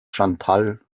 chantal